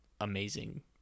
amazing